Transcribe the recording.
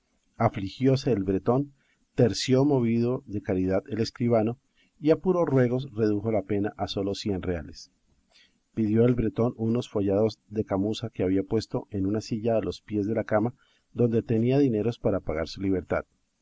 cárcel afligióse el bretón terció movido de caridad el escribano y a puros ruegos redujo la pena a solos cien reales pidió el bretón unos follados de camuza que había puesto en una silla a los pies de la cama donde tenía dineros para pagar su libertad